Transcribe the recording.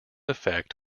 effect